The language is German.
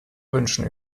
wünschen